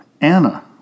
Anna